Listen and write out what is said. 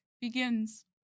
begins